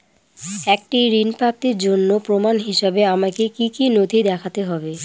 একটি ঋণ প্রাপ্তির জন্য প্রমাণ হিসাবে আমাকে কী কী নথি দেখাতে হবে?